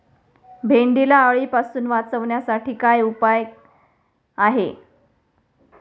भेंडीला अळीपासून वाचवण्यासाठी काय उपाय आहे?